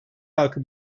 halkı